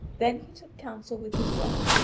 then he took counsel with his wife,